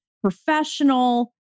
professional